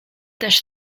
też